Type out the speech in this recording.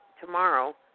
tomorrow